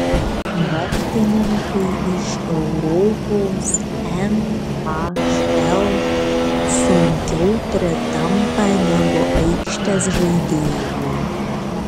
vartininkai iš europos nhl sunkiau pritampa negu aikštės žaidėjai